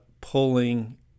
pulling